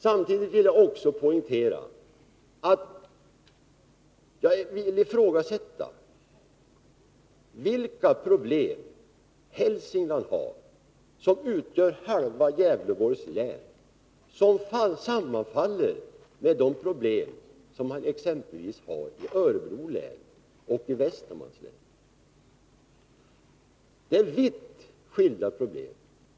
Samtidigt vill jag ifrågasätta vilka problem Hälsingland, som utgör halva Gävleborgs län, har som sammanfaller med de problem som man har exempelvis i Örebro län och Västmanlands län. Det är vitt skilda problem.